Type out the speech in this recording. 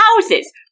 houses